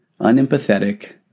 unempathetic